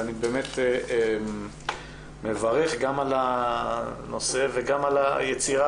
אני באמת מברך גם על הנושא וגם על היצירה